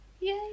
yay